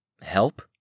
Help